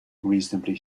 reasonably